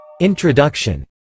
Introduction